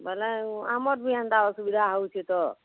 ବୋଇଲେ ଆମର୍ ବି ହେନ୍ତା ଅସୁବିଧା ହେଉଛେ ତ